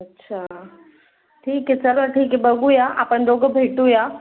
अच्छा ठीक आहे चला ठीक आहे बघूया आपण दोघं भेटूया